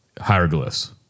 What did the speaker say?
hieroglyphs